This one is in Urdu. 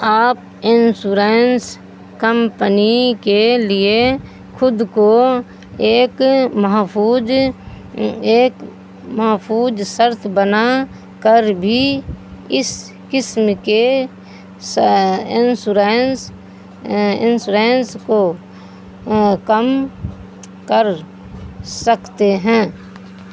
آپ انشورنس کمپنی کے لیے خود کو ایک محفوظ ایک محفوظ شرط بنا کر بھی اس قسم کے انشورنس انشورنس کو کم کر سکتے ہیں